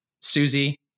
Susie